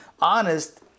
honest